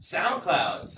SoundCloud